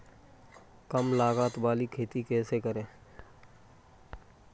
कम लागत वाली खेती कैसे करें?